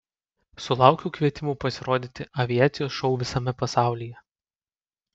sulaukiu kvietimų pasirodyti aviacijos šou visame pasaulyje